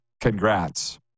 congrats